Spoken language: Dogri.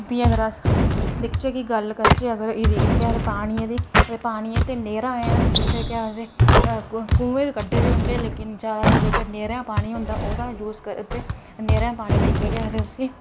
भी अगर अस दिखचै ते गल्ल करचै अगर एह्दी केह् आखदे पानियै दी पानी उसी केह् आखदे कुएं कड्ढे दे होंदे लेकिन जादातर जेह्ड़ी नैह्रां दा पानी होंदा ओह्दा यूज इत्थै नैह्रां दा पानी लेइयै केह् आखदे उसी